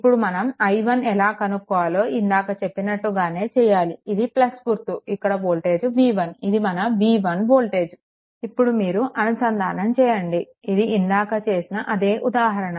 ఇప్పుడు మనం i1 ఎలా కనుక్కోవాలి ఇందాక చెప్పినట్టుగానే చెయ్యాలి ఇది గుర్తు ఇక్కడ వోల్టేజ్ v1 ఇది మన v1 వోల్టేజ్ ఇక్కడ మీరు అనుసంధానం చేయండి ఇది ఇందాక చేసిన అదే ఉదాహరణ